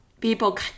people